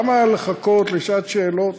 למה לחכות לשעת שאלות,